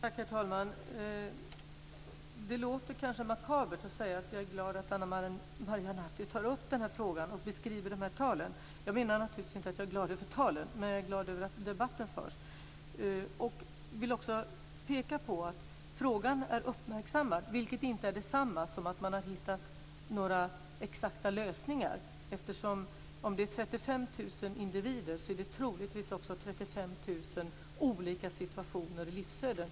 Herr talman! Det låter kanske makabert att säga att jag är glad att Ana Maria Narti tar upp den här frågan och beskriver de här talen. Jag menar naturligtvis inte att jag är glad över talen, men jag är glad över att debatten förs. Jag vill också peka på att frågan är uppmärksammad, vilket inte är det samma som att man har hittat några exakta lösningar. Om det är 35 000 individer är det troligtvis också 35 000 olika situationer och livsöden.